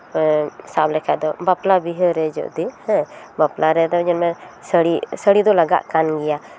ᱥᱟᱵ ᱞᱮᱠᱷᱟᱡ ᱫᱚ ᱵᱟᱯᱞᱟ ᱵᱤᱦᱟᱹᱨᱮ ᱡᱩᱫᱤ ᱦᱮᱸ ᱵᱟᱯᱞᱟ ᱨᱮᱫᱚ ᱧᱮᱞ ᱢᱮ ᱥᱟᱹᱲᱤ ᱥᱟᱹᱲᱤ ᱫᱚ ᱞᱟᱜᱟᱜ ᱠᱟᱱ ᱜᱮᱭᱟ